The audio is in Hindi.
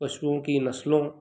पशुओं की नस्लों